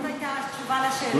זאת הייתה התשובה לשאלה השנייה.